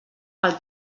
pel